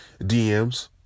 dms